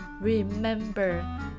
Remember